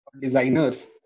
designers